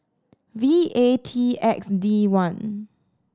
V A T X D one